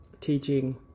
teaching